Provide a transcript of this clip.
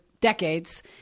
decades